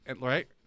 right